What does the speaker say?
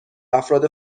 افراد